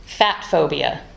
fatphobia